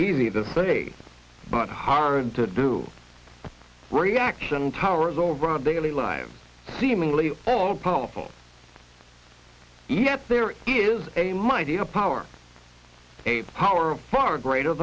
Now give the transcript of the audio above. easy to say but hard to do reaction towers over our daily lives seemingly all powerful e f there is a mighty a power a power of far greater